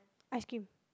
ice cream